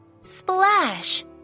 Splash